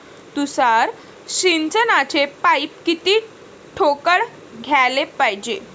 तुषार सिंचनाचे पाइप किती ठोकळ घ्याले पायजे?